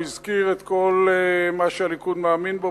הוא הזכיר את כל מה שהליכוד מאמין בו,